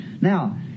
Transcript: now